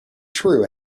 true